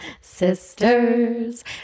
sisters